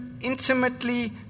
intimately